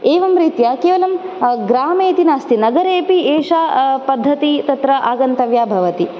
एवं रीत्य केवलं ग्रामे इति नास्ति नगरेपि एषा पद्धती तत्र आगन्तव्या भवति